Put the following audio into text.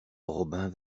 robin